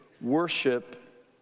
worship